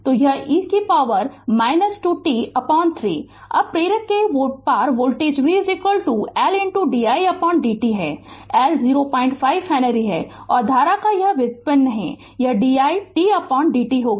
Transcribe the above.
तो यह e से होगा पॉवर 2 t 3 अब प्रेरक के पार voltage v L di dt है L 05 हेनरी है और धारा का व्युत्पन्न यह di t dt होगा